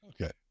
okay